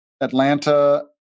Atlanta